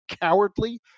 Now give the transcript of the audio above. cowardly